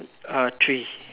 ah three